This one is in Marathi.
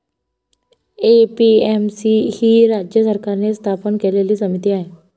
ए.पी.एम.सी ही राज्य सरकारने स्थापन केलेली समिती आहे